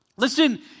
Listen